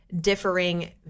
differing